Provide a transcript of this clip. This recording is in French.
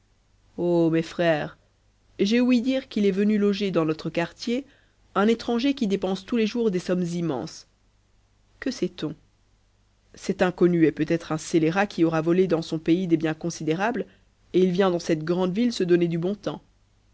mes frères j'ai ou dire qu'il est venu loger dans notre quartier un étranger qui dépenst tous les jours des sommes immenses que sait-on cet inconnu est peut être un scélérat qui aura vo ë dans son pays des biens considérables et il vient dans cette grande ville se donner du bon temps